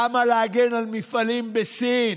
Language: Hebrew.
למה להגן על מפעלים בסין?